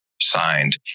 signed